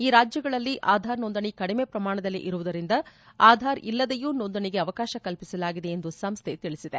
ಈ ರಾಜ್ಞಗಳಲ್ಲಿ ಆಧಾರ್ ನೋಂದಣಿ ಕಡಿಮೆ ಪ್ರಮಾಣದಲ್ಲಿ ಇರುವುದರಿಂದ ಆಧಾರ್ ಇಇಲ್ಲದೆಯೂ ನೋಂದಣಿಗೆ ಅವಕಾಶ ಕಲ್ಪಿಸಲಾಗಿದೆ ಎಂದು ಸಂಸ್ಥೆ ತಿಳಿಸಿದೆ